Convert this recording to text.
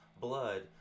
blood